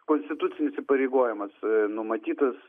konstitucinis įpareigojimas numatytas